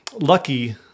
lucky